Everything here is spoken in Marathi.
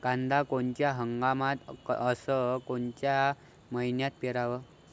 कांद्या कोनच्या हंगामात अस कोनच्या मईन्यात पेरावं?